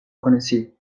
connaissez